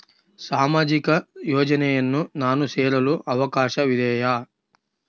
ಸಾಮಾಜಿಕ ಯೋಜನೆಯನ್ನು ನಾನು ಸೇರಲು ಅವಕಾಶವಿದೆಯಾ?